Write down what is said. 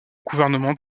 gouvernement